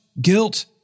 guilt